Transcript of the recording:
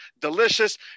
delicious